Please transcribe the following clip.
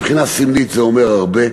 מבחינה סמלית זה אומר הרבה,